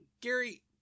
Gary